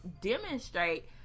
demonstrate